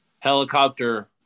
Helicopter